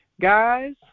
Guys